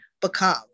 become